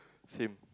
same